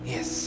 Yes